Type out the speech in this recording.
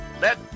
Let